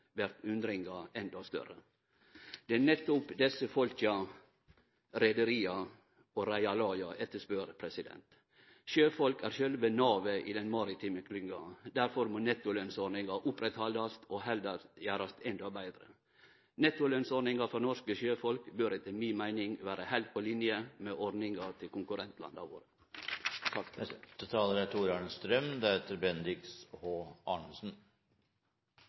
undringa endå større. Det er nettopp desse folka reiarlaga etterspør. Sjøfolka er sjølve navet i den maritime klynga. Derfor må nettolønnsordninga verte halden oppe og heller gjerast endå betre. Nettolønnsordninga for norske sjøfolk bør etter mi meining vere heilt på linje med ordninga til konkurrentlanda våre.